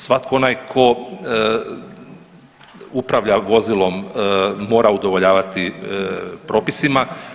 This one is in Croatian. Svatko onaj tko upravlja vozilom mora udovoljavati propisima.